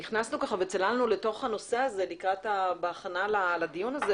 כשצללנו לתוך הנושא הזה בהכנה לדיון הזה